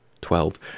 Twelve